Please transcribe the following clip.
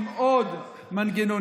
עם עוד מנגנונים,